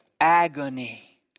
Agony